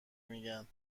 میگن